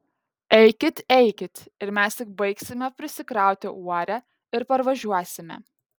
eikit eikit ir mes tik baigsime prisikrauti uorę ir parvažiuosime